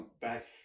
back